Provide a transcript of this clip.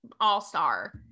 all-star